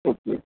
okay